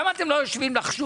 למה אתם לא יושבים לחשוב,